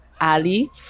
Ali